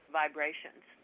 vibrations